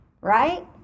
right